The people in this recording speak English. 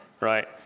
Right